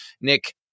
Nick